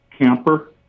camper